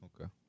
Okay